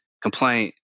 Complaint